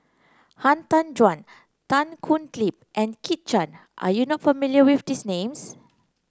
Han Tan Juan Tan Thoon Lip and Kit Chan are you not familiar with these names